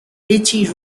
richie